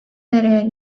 nereye